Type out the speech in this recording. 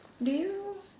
do you